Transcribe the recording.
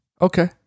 Okay